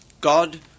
God